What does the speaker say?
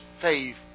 faith